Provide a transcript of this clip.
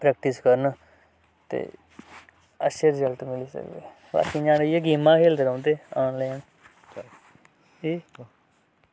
practice करन तां अच्छे रिज़ल्ट निकली सकदे ते रातीं इंया गेमां खेल्लदे रौहंदे ऑनलाइन